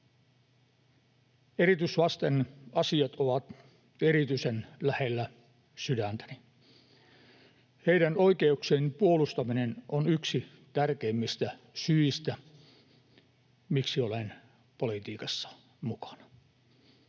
Erityislasten asiat ovat erityisen lähellä sydäntäni. Heidän oikeuksiensa puolustaminen on yksi tärkeimmistä syistä, miksi olen politiikassa mukana.